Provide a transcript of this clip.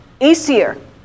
easier